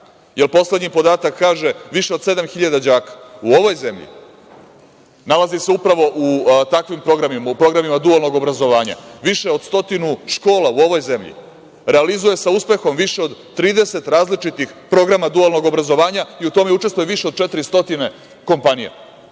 jer poslednji podatak kaže – više od 7.000 đaka u ovoj zemlji nalazi se upravo u takvim programima, u programima dualnog obrazovanja, više od 100 škola u ovoj zemlji realizuje sa uspehom više od 30 različitih programa dualnog obrazovanja i u tome učestvuje više od 400 kompanija. Dakle,